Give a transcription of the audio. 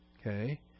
Okay